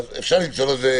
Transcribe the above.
אפשר לעשות את זה